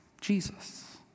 Jesus